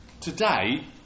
today